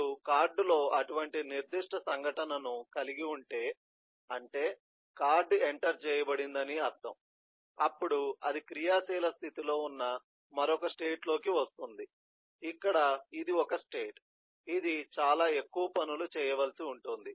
మీరు కార్డులో అటువంటి నిర్దిష్ట సంఘటనను కలిగి ఉంటే అంటే కార్డ్ ఎంటర్ చేయబడిందని అర్థం అప్పుడు అది క్రియాశీల స్థితిలో ఉన్న మరొక స్టేట్ లోకి వస్తుంది ఇక్కడ ఇది ఒక స్టేట్ ఇది చాలా ఎక్కువ పనులు చేయవలసి ఉంటుంది